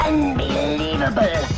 Unbelievable